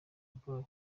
bwabo